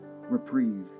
reprieve